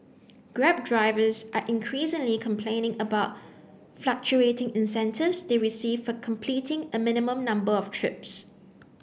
grab drivers are increasingly complaining about fluctuating incentives they receive for completing a minimum number of trips